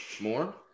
More